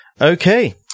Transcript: Okay